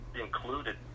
included